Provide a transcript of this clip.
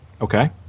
Okay